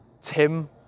Tim